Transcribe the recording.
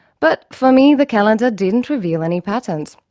but for me the calendar didn't reveal any patterns.